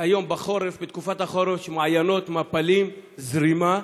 בתקופת החורף יש מעיינות, מפלים, זרימה,